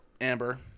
Amber